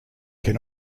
can